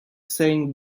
saying